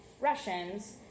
Russians